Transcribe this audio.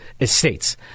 estates